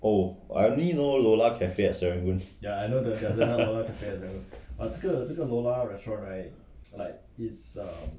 oh I only know lola's cafe at serangoon